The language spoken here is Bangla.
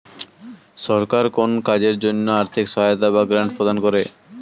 সরকার কোন কাজের জন্য আর্থিক সহায়তা বা গ্র্যান্ট প্রদান করে